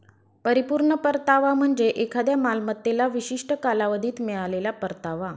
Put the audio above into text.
परिपूर्ण परतावा म्हणजे एखाद्या मालमत्तेला विशिष्ट कालावधीत मिळालेला परतावा